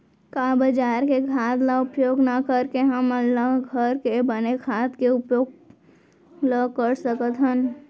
का बजार के खाद ला उपयोग न करके हमन ल घर के बने खाद के उपयोग ल कर सकथन?